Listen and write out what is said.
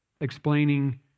explaining